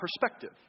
perspective